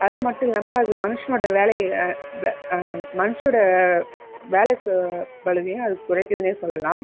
அது மட்டும் இல்லாமல் அது மனுஷனோட வேலையை ப மனுஷனோட வேலை சு பளுவையும் அது குறைக்குதுன்னே சொல்லலாம்